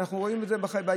ואנחנו רואים את זה ביום-יום,